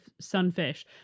sunfish